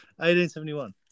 1871